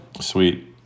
Sweet